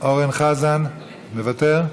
אורן חזן, מוותר?